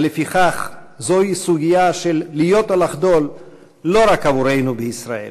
ולפיכך זוהי סוגיה של "להיות או לחדול" לא רק עבורנו בישראל.